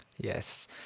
Yes